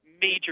major